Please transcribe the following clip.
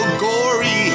gory